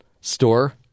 store